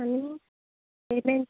आनी पेमेंट